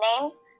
names